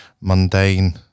mundane